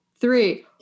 three